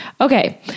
Okay